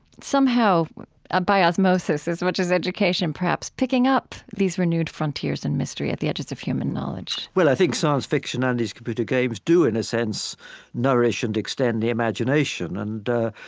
somehow ah by osmosis as much as education perhaps picking up these renewed frontiers and mystery at the edges of human knowledge well, i think science fiction and these computer games do in a sense nourish and extend the imagination and,